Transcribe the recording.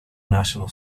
national